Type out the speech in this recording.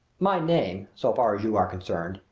my name, so far as you are concerned,